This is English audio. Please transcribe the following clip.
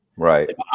Right